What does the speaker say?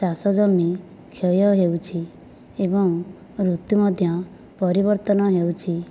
ଚାଷ ଜମି କ୍ଷୟ ହେଉଛି ଏବଂ ଋତୁ ମଧ୍ୟ ପରିବର୍ତ୍ତନ ହେଉଛି